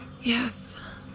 Yes